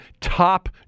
top